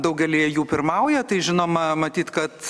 daugelyje jų pirmauja tai žinoma matyt kad